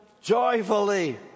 joyfully